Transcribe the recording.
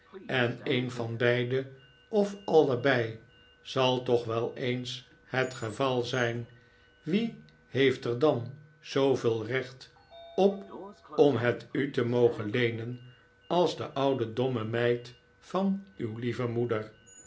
en een van beide of allebei zal toch wel eens het geval zijn wie heeft er dan zooveel recht op om het u te mogen leenen als de oude domme meid van uw lieve moeder